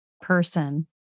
person